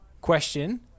question